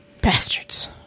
Bastards